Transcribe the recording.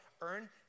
earn